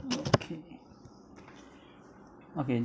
okay okay